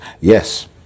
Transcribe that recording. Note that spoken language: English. yes